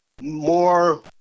more